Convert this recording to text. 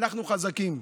אנחנו חזקים,